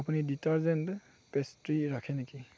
আপুনি ডিটাৰজেন্ট পেষ্ট্ৰি ৰাখে নেকি